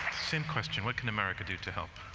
same question, what can america do to help?